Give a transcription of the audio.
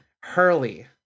Hurley